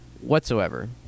whatsoever